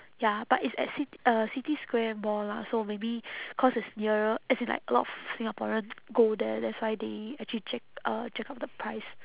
ya but it's at cit~ uh city square mall lah so maybe cause it's nearer as in like a lot of singaporean go there that's why they actually jack uh jack up the price